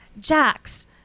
Jax